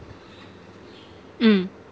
mm